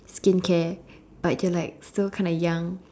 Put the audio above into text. skincare but you're like still kind of young